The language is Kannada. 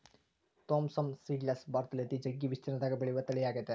ಥೋಮ್ಸವ್ನ್ ಸೀಡ್ಲೆಸ್ ಭಾರತದಲ್ಲಿ ಅತಿ ಜಗ್ಗಿ ವಿಸ್ತೀರ್ಣದಗ ಬೆಳೆಯುವ ತಳಿಯಾಗೆತೆ